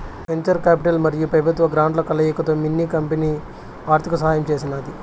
venture capital మరియు పెబుత్వ గ్రాంట్ల కలయికతో మిన్ని కంపెనీ ఆర్థిక సహాయం చేసినాది